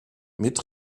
mit